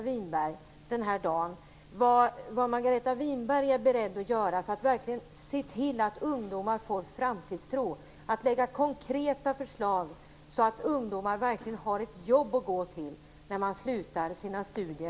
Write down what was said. Winberg vad hon är beredd att göra för att verkligen se till att ungdomar får framtidstro och om hon är beredd att lägga fram konkreta förslag för att ungdomar skall ha ett jobb att gå till när de avslutar sina studier.